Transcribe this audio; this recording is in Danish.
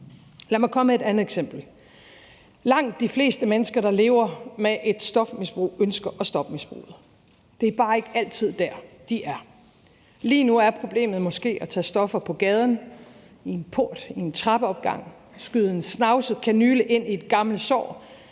Lad mig komme med et andet eksempel. Langt de fleste mennesker, der lever med et stofmisbrug, ønsker at stoppe misbruget. Det er bare ikke altid der, de er. Lige nu er problemet måske at tage stoffer på gaden, i en port eller i en trappeopgang og at skyde en snavset kanyle ind i et gammelt sår